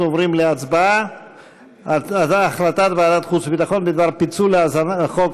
אנחנו עוברים להצבעה על החלטת ועדת החוץ והביטחון בדבר פיצול הצעת חוק